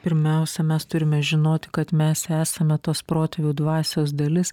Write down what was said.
pirmiausia mes turime žinoti kad mes esame tos protėvių dvasios dalis